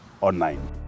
Online